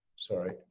sorry.